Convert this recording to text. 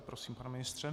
Prosím, pane ministře.